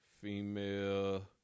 female